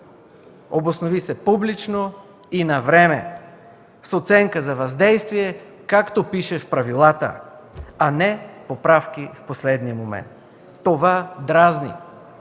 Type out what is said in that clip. обоснови се публично и навреме, с оценка за въздействие, както пише в правилата, а не поправки в последния момент. Това дразни.